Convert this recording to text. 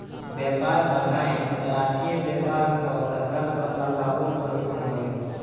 व्यापार बाधाएँ अंतरराष्ट्रीय व्यापार पअ सरकार द्वारा लगावल प्रतिबंध हवे